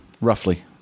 Roughly